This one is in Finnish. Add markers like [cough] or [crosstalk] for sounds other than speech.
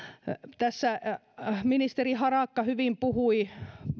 [unintelligible] [unintelligible] ministeri harakka hyvin puhui